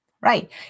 Right